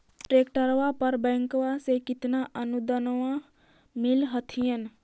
ट्रैक्टरबा पर बैंकबा से कितना अनुदन्मा मिल होत्थिन?